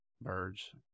birds